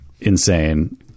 Insane